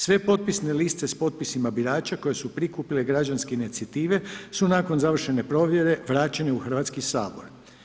Sve potpisne liste s potpisima birača koje su prikupile građanske inicijative su nakon završene provjere vraćene u Hrvatski sabor.